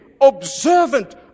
observant